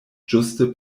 ĝuste